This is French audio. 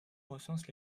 recense